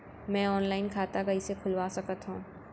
मैं ऑनलाइन खाता कइसे खुलवा सकत हव?